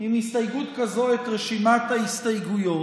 עם הסתייגות כזאת את רשימת ההסתייגויות,